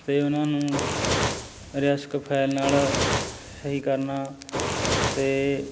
ਅਤੇ ਉਹਨਾਂ ਨੂੰ ਰੈਸਕ ਫੈਲ ਨਾਲ ਸਹੀ ਕਰਨਾ ਅਤੇ